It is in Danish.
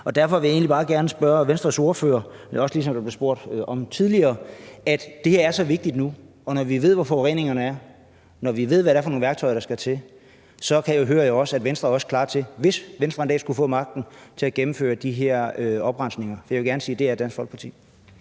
Derfor vil jeg egentlig bare gerne spørge Venstres ordfører, ligesom der også blev spurgt om tidligere, når det her nu er så vigtigt, og når vi ved, hvor forureningerne er, og når vi ved, hvad det er for nogle værktøjer, der skal til, om jeg også hører, at Venstre, hvis Venstre en dag skulle få magten, er klar til at gennemføre de her oprensninger. Og jeg vil gerne sige, at det er Dansk Folkeparti.